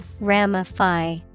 Ramify